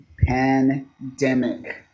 pandemic